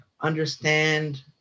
understand